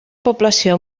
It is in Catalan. població